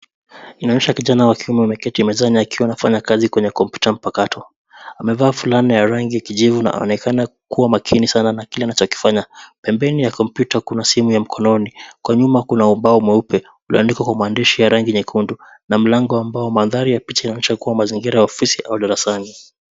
Inaonyesha kijana wa kiume ameketi mezani akiwa anafanya kazi kwenye kompyuta mpakato. Amevaa fulana ya rangi ya kijivu na anaonekana, kuwa makini sana na kile anachokifanya. Pembeni ya kompyuta kuna simu ya mkononi. Kwa nyuma kuna ubao mweupe, ulioandikwa kwa mwandishi ya rangi nyekundu, na mlango ambao mandhari ya picha inaonyesha kuwa mazingira ya ofisi au darasani.